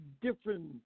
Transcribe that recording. different